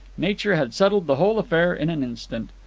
nature had settled the whole affair in an instant.